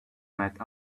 night